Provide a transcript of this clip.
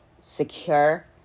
secure